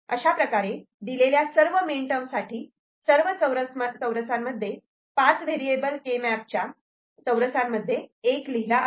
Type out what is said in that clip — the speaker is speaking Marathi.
अशाप्रकारे दिलेल्या सर्व मिन टर्म साठी सर्व चौरसमध्ये 5 व्हेरिएबल के मॅप च्या सर्व चौरसमध्ये 1 लिहिला आहे